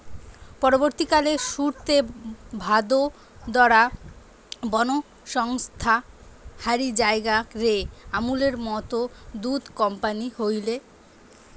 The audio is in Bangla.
পরবর্তীকালে সুরতে, ভাদোদরা, বনস্কন্থা হারি জায়গা রে আমূলের মত দুধ কম্পানী তইরি হয়